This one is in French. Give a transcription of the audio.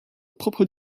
propre